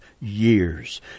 years